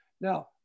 Now